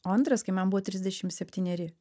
o antras kai man buvo trisdešim septyneri